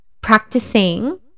practicing